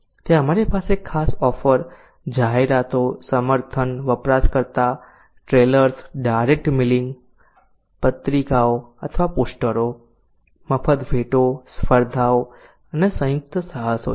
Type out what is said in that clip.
ત્યાં અમારી પાસે ખાસ ઓફર જાહેરાતો સમર્થન વપરાશકર્તા ટ્રેલ્સ ડાયરેક્ટ મિલિંગ પત્રિકાઓ અથવા પોસ્ટરો મફત ભેટો સ્પર્ધાઓ અને સંયુક્ત સાહસો છે